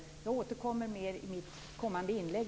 Jag återkommer om detta i mitt kommande inlägg.